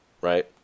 right